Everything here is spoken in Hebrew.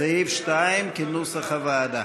סעיף 2, כהצעת הוועדה,